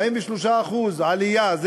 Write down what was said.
43% עלייה,